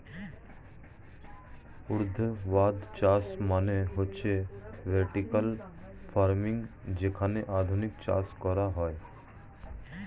ঊর্ধ্বাধ চাষ মানে হচ্ছে ভার্টিকাল ফার্মিং যেখানে আধুনিক চাষ করা হয়